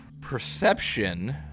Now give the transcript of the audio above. Perception